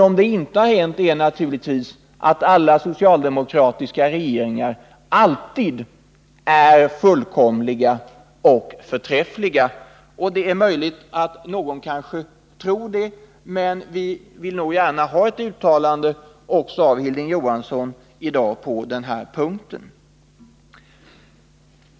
Om det inte har hänt blir naturligtvis slutsatsen att alla socialdemokratiska regeringar, enligt Hilding Johansson och andra, alltid är fullkomliga och förträffliga. Men vi vill nog ändå gärna ha ett uttalande från Hilding Johansson på den här punkten.